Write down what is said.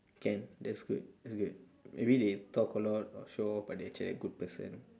can that's good that's good maybe they talk a lot or show off but they actually a good person